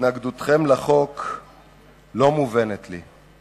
התנגדותכן לחוק לא מובנת לי.